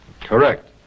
Correct